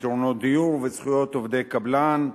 פתרונות דיור וזכויות עובדי קבלן,